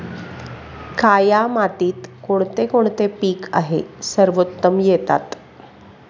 काया मातीत कोणते कोणते पीक आहे सर्वोत्तम येतात?